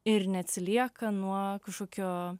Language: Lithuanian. ir neatsilieka nuo kažkokio